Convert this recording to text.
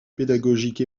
pédagogique